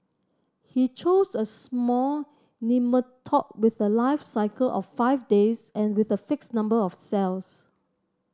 he chose a small nematode with a life cycle of five days and with a fixed number of cells